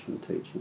teaching